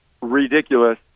ridiculous